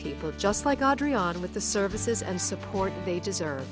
people just like adriaan with the services and support they deserve